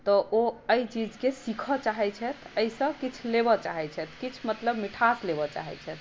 तऽ ओ एहि चीजके सीखऽ चाहैत छथि एहिसँ किछु लेबऽ चाहैत छथि किछु मतलब मिठास लेबऽ चाहैत छथि